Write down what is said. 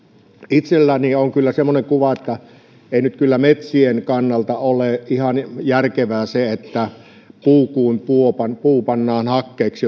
itselläni on kyllä semmoinen kuva että ei nyt kyllä metsien kannalta ole ihan järkevää se että puu kuin puu pannaan hakkeeksi